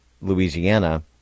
Louisiana